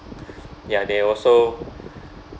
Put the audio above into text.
ya they also